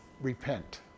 repent